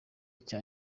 cya